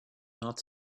not